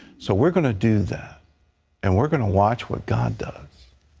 so we're going to do that and we're going to watch what god does.